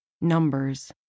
numbers